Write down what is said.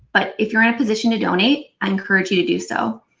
but if you're in a position to donate, i encourage you to do so.